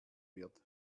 wird